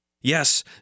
Yes